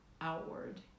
outward